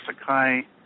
Sakai